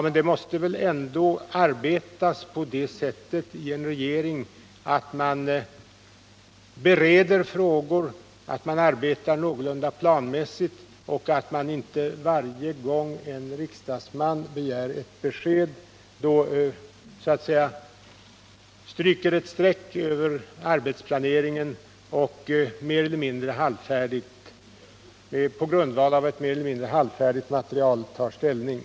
Man måste väl ändå i en regering arbeta på det sättet att man bereder frågor, att man arbetar någorlunda planmässigt och att man inte varje gång en riksdagsman begär ett besked så att säga stryker ett streck över arbetsplaneringen och på grundval av ett mer eller mindre halvfärdigt material tar ställning.